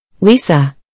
Lisa